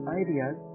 ideas